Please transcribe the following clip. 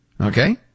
Okay